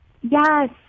Yes